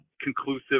conclusive